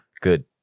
Good